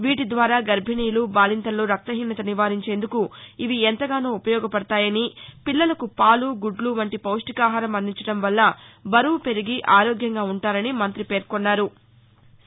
వీటిద్వారా గర్బిణీలుబాలింతల్లో రక్తహీనత నివారించేందుకు ఇవి ఎంతగానో ఉపయోగపడతాయని పిల్లలకు పాలుగుడ్లు వంటి పొష్టికాహారం అందించడం వల్ల బరువు పెరిగి ఆరోగ్యంగా ఉంటారని మంతి పేర్కొన్నారు